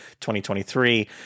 2023